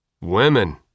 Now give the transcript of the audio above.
Women